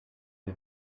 wir